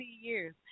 years